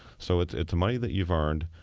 so it's it's money that you've earned,